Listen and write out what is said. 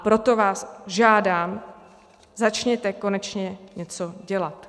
Proto vás žádám, začněte konečně něco dělat.